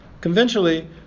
Conventionally